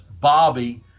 Bobby